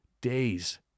days